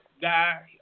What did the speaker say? guy